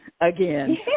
again